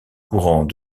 courant